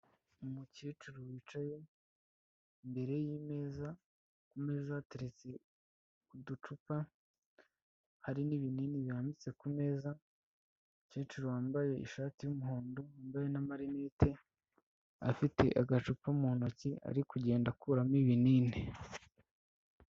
Umukecuru wicaye imbere y'imeza, ku meza hateretse uducupa hari n'ibinini birambitse ku meza, umukecuru wambaye ishati y'umuhondo, wambaye na marinete afite agacupa mu ntoki ari kugenda akuramo ibinini.